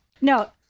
No